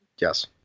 Yes